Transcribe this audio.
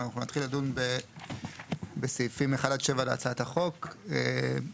אנחנו נתחיל לדון בסעיפים 1 עד 7 להצעת החוק שמופיעים